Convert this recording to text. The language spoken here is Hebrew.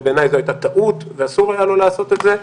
ובעיניי זו הייתה טעות ואסור היה לו לעשות את זה,